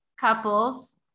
Couples